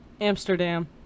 Amsterdam